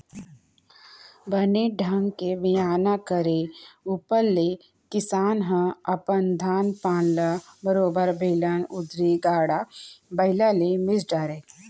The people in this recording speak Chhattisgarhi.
बने ढंग के बियान करे ऊपर ले किसान ह अपन धान पान ल बरोबर बेलन दउंरी, गाड़ा बइला ले मिस डारय